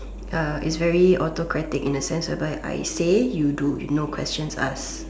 uh it's very autocratic in the sense whereby I say you do no questions asked